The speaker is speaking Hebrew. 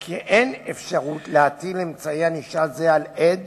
מבהיר כי אין אפשרות להטיל אמצעי ענישה זה על עד